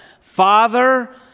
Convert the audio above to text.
Father